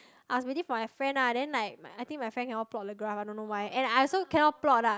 I was waiting for my friend lah then like my I think my friend cannot plot the graph I don't know why and I also cannot plot lah